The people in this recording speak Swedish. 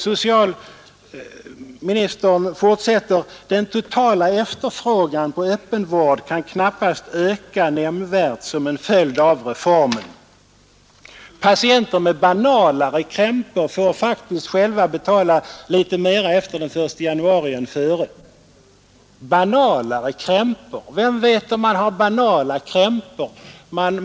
Socialministern fortsätter: ”Den totala efterfrågan på öppenvård kan knappast öka nämnvärt som en följd av reformen. Patienter med banalare krämpor får faktiskt själva betala litet mera efter den 1 januari än före.” Banalare krämpor! Vem vet om han har banala krämpor?